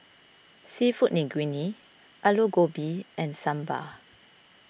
Seafood Linguine Alu Gobi and Sambar